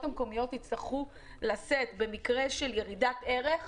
המקומיות יצטרכו לשאת במקרה של ירידת ערך